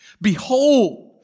Behold